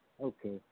Okay